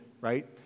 right